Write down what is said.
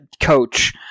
coach